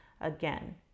again